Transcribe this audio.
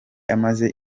amaze